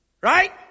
Right